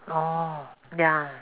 orh ya